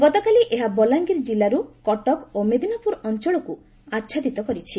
ଗତକାଲି ଏହା ବଲାଙ୍ଗୀର ଜିଲ୍ଲାରୁ କଟକ ଓ ମିଦନାପୁର ଅଞ୍ଚଳକୁ ଆଛଦିତ କରିଛି